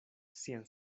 sian